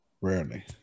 Rarely